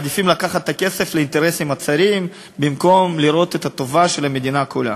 מעדיפים לקחת את הכסף לאינטרסים הצרים במקום לראות את טובת המדינה כולה.